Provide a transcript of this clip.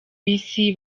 bus